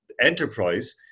enterprise